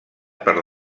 per